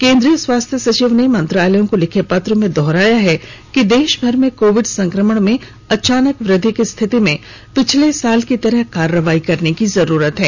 केंद्रीय स्वास्थ्य सचिव ने मंत्रालयों को लिखे पत्र में दोहराया है कि देश भर में कोविड संक्रमण में अचानक वृद्धि की स्थिति में पिछले साल की तरह कार्रवाई करने की जरूरत है